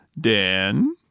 Dan